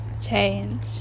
change